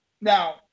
Now